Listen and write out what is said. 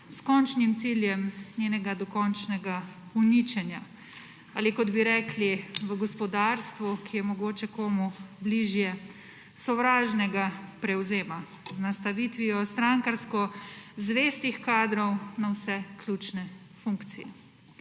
s končnim ciljem njenega dokončnega uničenja ali kot bi rekli v gospodarstvu, ki je mogoče komu bližje sovražnega prevzema z nastavitvijo strankarsko zvestih kadrov na vse ključne funkcije.